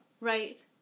Right